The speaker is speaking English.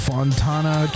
Fontana